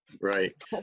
right